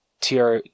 tr